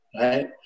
right